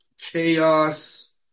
chaos